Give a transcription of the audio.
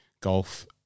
golf